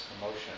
emotion